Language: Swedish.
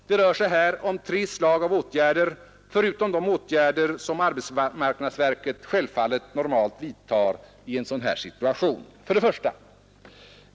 Det rör sig här om tre slag av åtgärder förutom de åtgärder arbetsmarknadsverket självfallet normalt vidtar i ett sådant här läge. 1.